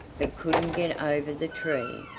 but couldn't get over the tree,